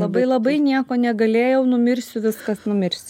labai labai nieko negalėjau numirsiu viskas numirs